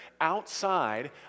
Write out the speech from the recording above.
outside